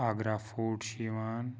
Agra foot چھُ یِوان